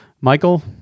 Michael